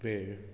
वेळ